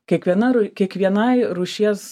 kiekviena kiekvienai rūšies